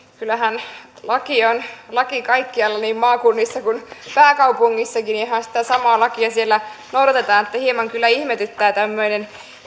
kyllähän kaikkialla niin maakunnissa kuin pääkaupungissakin ihan sitä samaa lakia noudatetaan niin että hieman kyllä ihmetyttää tämmöinen